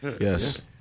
Yes